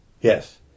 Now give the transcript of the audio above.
Yes